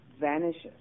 vanishes